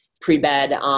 pre-bed